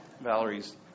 valerie's